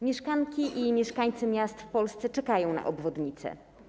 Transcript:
Mieszkanki i mieszkańcy miast w Polsce czekają na obwodnice.